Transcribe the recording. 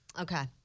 Okay